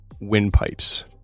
windpipes